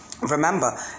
Remember